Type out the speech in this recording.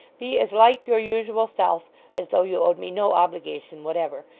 be as like your usual self as though you owed me no obligation whatever,